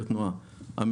זאת השאלה?